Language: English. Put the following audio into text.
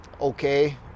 okay